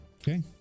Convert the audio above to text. Okay